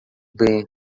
bem